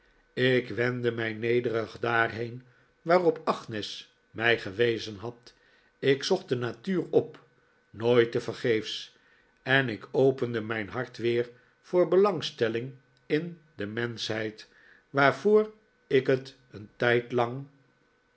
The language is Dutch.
ik wendde mij nederig daarheen waarop agnes mij gewezen had ik zocht de natuur op nooit tevergeefsj en ik opefide mijn hart weer voor belangstelling in de menschheid waarvoor ik het een tijdlang